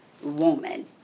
Woman